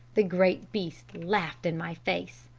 the great beast laughed in my face.